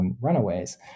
Runaways